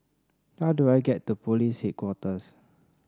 how do I get to Police Headquarters